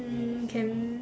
um can